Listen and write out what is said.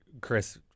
Chris